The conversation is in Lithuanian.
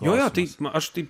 jo jo tai aš tai